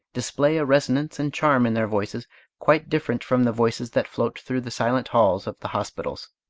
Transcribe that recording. display a resonance and charm in their voices quite different from the voices that float through the silent halls of the hospitals.